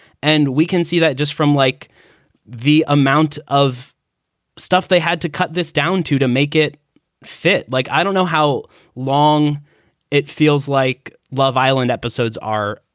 and we can see that just from like the amount of stuff they had to cut this down to to make it fit. like, i don't know how long it feels like while violent episodes are,